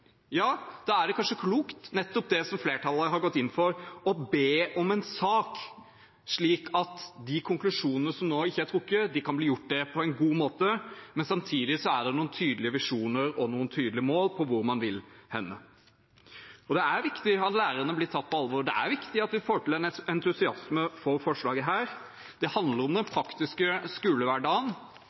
ja, da er det kanskje klokt det som flertallet har gått inn for, nemlig å be om en sak slik at de konklusjonene som nå ikke er trukket, kan bli trukket på en god måte, men samtidig er det noen tydelige visjoner og noen tydelige mål på hvor man vil. Det er viktig at lærerne blir tatt på alvor, det er viktig at vi får til en entusiasme for dette forslaget. Det handler om den faktiske skolehverdagen.